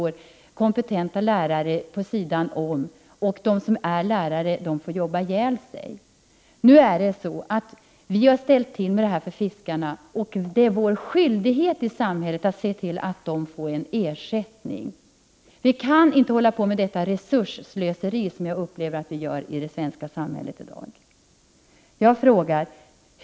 Kompetenta lärare hamnar vid sidan om och de lärare som har arbete får jobba ihjäl sig. Vi har ställt till med dessa problem för fiskarna. Det är vår skyldighet i samhället att se till att de får ersättning. Vi kan inte hålla på med detta resursslöseri i det svenska samhället.